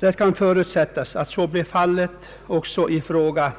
Det kan förutsättas att så blir fallet också i frågor